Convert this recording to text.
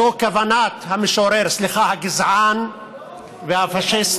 זו כוונת המשורר, סליחה, הגזען והפשיסט.